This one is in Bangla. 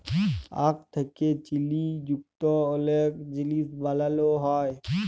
আখ থ্যাকে চিলি যুক্ত অলেক জিলিস বালালো হ্যয়